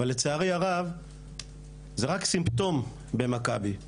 אבל לצערי הרב זה רק סימפטום במכבי.